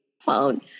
found